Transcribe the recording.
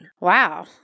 Wow